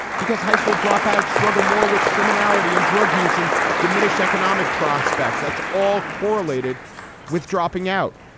because high school dropouts struggle more with criminality and drug use and diminish economic prospects. that's all correlated with dropping out.